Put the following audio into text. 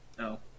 No